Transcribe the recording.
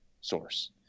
source